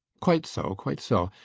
quite so, quite so.